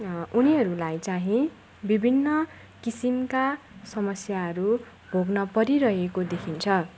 उनीहरूलाई चाहिँ विभिन्न किसिमका समस्याहरू भोग्न परिरहेको देखिन्छ